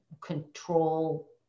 control